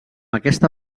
aquesta